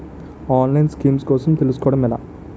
ఆన్లైన్లో స్కీమ్స్ కోసం తెలుసుకోవడం ఎలా?